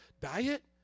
diet